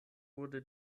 wurde